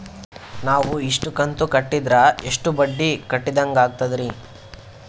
ನಾವು ಇಷ್ಟು ಕಂತು ಕಟ್ಟೀದ್ರ ಎಷ್ಟು ಬಡ್ಡೀ ಕಟ್ಟಿದಂಗಾಗ್ತದ್ರೀ?